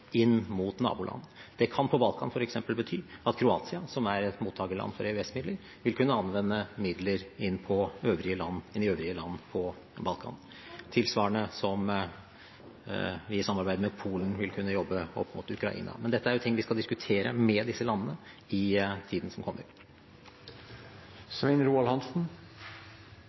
inn mot naboland. Det kan på Balkan f.eks. bety at Kroatia, som er et mottakerland for EØS-midler, vil kunne anvende midler inn i øvrige land på Balkan – på tilsvarende måte som at vi i samarbeid med Polen vil kunne jobbe opp mot Ukraina. Men dette er ting vi skal diskutere med disse landene i tiden som kommer.